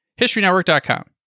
HistoryNetwork.com